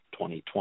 2020